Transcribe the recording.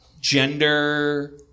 gender